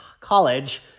college